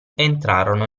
entrarono